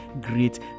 great